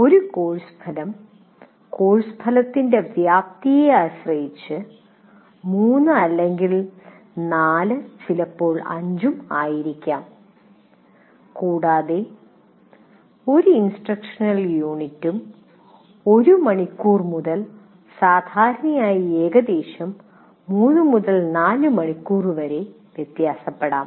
ഒരു കോഴ്സ് ഫലം കോഴ്സ് ഫലത്തിന്റെ വ്യാപ്തിയെ ആശ്രയിച്ച് 3 അല്ലെങ്കിൽ 4 ചിലപ്പോൾ 5 ആയിരിക്കാം കൂടാതെ ഒരു ഇൻസ്ട്രക്ഷണൽ യൂണിറ്റും 1 മണിക്കൂർ മുതൽ സാധാരണയായി ഏകദേശം 3 മുതൽ 4 മണിക്കൂർ വരെ വ്യത്യാസപ്പെടാം